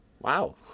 Wow